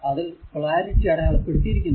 അതിൽ പൊളാരിറ്റി അടയാളപ്പെടുത്തിയിരിക്കുന്നു